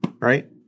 right